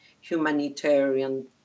humanitarian